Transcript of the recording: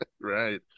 Right